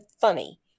funny